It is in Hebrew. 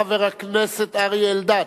חבר הכנסת אריה אלדד.